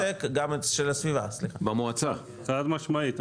חד משמעית,